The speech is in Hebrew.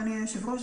אדוני היושב-ראש,